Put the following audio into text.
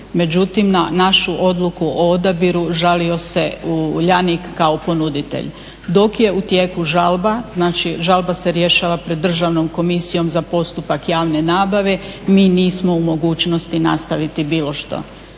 međutim na našu odluku o odabiru žalio se Uljanik kao ponuditelj. Dok je u tijeku žalba, znači, žalba se rješava pred Državnom komisijom za postupak javne nabave, mi nismo u mogućnosti nastaviti bilo što.